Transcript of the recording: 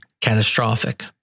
catastrophic